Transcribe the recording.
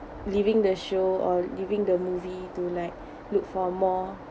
leaving the show or leaving the movie to like look for more